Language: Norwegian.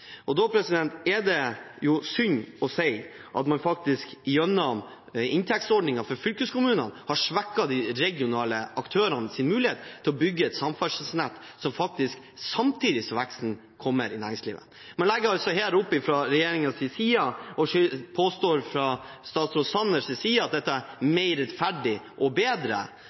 Da er det synd å si at man gjennom inntektsordningen for fylkeskommunene faktisk har svekket de regionale aktørenes mulighet til å bygge et samferdselsnett samtidig som veksten kommer i næringslivet. Man legger fra regjeringens side her opp til at det vil være – og det påstås fra statsråd Sanners side at det er